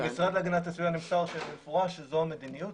מהמשרד להגנת הסביבה נמסר במפורש שזו המדיניות,